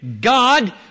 God